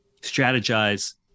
strategize